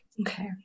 Okay